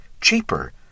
cheaper